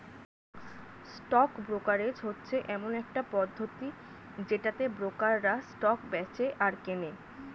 stock brokerage হচ্ছে এমন একটা পদ্ধতি যেটাতে ব্রোকাররা স্টক বেঁচে আর কেনে